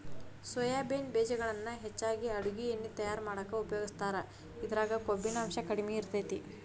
soybean ಬೇಜಗಳನ್ನ ಹೆಚ್ಚಾಗಿ ಅಡುಗಿ ಎಣ್ಣಿ ತಯಾರ್ ಮಾಡಾಕ ಉಪಯೋಗಸ್ತಾರ, ಇದ್ರಾಗ ಕೊಬ್ಬಿನಾಂಶ ಕಡಿಮೆ ಇರತೇತಿ